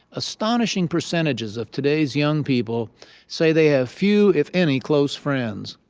astonishing percentages of today's young people say they have few, if any, close friends.